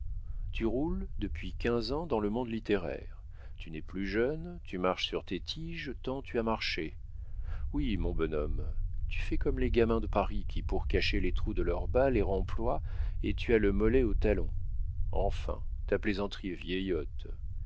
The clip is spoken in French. tu roules depuis quinze ans dans le monde littéraire tu n'es plus jeune tu marches sur tes tiges tant tu as marché oui mon bonhomme tu fais comme les gamins de paris qui pour cacher les trous de leurs bas les remploient et tu as le mollet aux talons enfin ta plaisanterie est vieillotte